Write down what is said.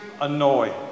annoy